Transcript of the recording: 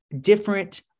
different